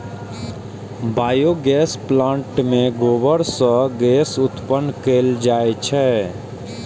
biogas plant मे गोबर सं गैस उत्पन्न कैल जाइ छै